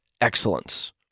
excellence